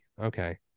Okay